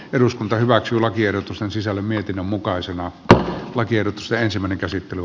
eduskunta hyväksyy lakiehdotus on sisällön mietinnön mukaisena että lakien seisemänkäsittely